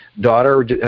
daughter